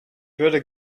würde